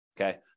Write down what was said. okay